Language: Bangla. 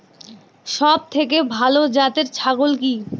সবথেকে ভালো জাতের ছাগল কি?